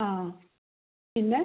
ആ പിന്നെ